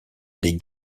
des